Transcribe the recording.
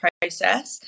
process